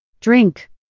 Drink